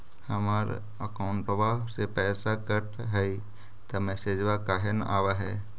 हमर अकौंटवा से पैसा कट हई त मैसेजवा काहे न आव है?